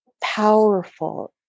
powerful